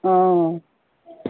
অঁ